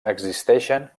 existeixen